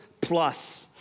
plus